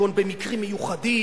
כגון "במקרים מיוחדים",